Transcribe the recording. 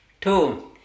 two